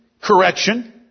correction